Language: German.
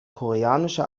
koreanische